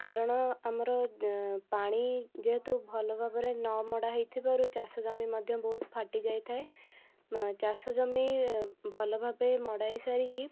କାରଣ ଆମର ଅଁ ପାଣି ଯେହେତୁ ଭଲଭାବରେ ନ ମଡ଼ା ହେଇଥିବାରୁ ଚାଷ ଜମି ମଧ୍ୟ ବହୁତ ଫାଟି ଯାଇଥାଏ ମ ଚାଷଜମି ଭଲଭାବେ ମଡ଼ାଇ ସାରିକି